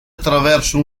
attraverso